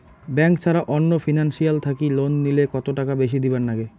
Bank ছাড়া অন্য financial থাকি লোন নিলে কতটাকা বেশি দিবার নাগে?